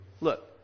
Look